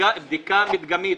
בדיקה מדגמית.